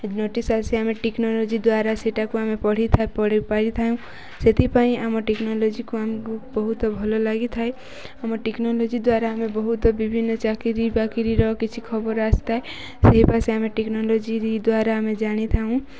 notice ଆସି ଆମେ technology ଦ୍ୱାରା ସେଟାକୁ ଆମେ ପଢ଼ିଥା ପଢ଼ିପାରିଥାଉଁ ସେଥିପାଇଁ ଆମ ଟେକ୍ନୋଲୋଜିକୁ ଆମକୁ ବହୁତ ଭଲ ଲାଗିଥାଏ ଆମ ଟେକ୍ନୋଲୋଜି ଦ୍ୱାରା ଆମେ ବହୁତ ବିଭିନ୍ନ ଚାକିରିବାକିରିର କିଛି ଖବର ଆସିଥାଏ ସେହିପରି ଆମେ ଟେକ୍ନୋଲୋଜି ଦ୍ଵାରା ଆମେ ଜାଣିଥାଉ